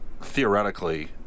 theoretically